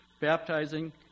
baptizing